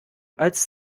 als